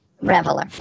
reveler